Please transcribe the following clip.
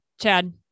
Chad